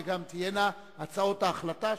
וגם תהיינה הצעות ההחלטה.